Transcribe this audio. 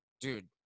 dude